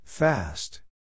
Fast